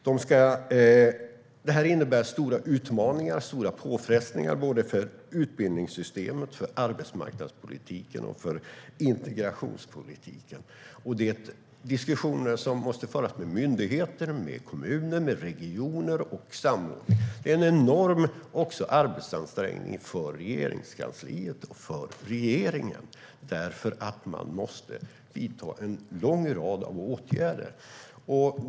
Det innebär stora utmaningar och påfrestningar för såväl utbildningssystemet som arbetsmarknadspolitiken och integrationspolitiken. Diskussioner måste föras med myndigheter, kommuner och regioner, och det måste till samordning. Det är en enorm arbetsansträngning för Regeringskansliet och regeringen därför att en lång rad åtgärder måste vidtas.